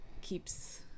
keeps